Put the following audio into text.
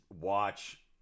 watch